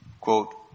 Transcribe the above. quote